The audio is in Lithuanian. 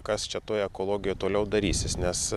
kas čia toj ekologijoj toliau darysis nes